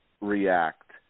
react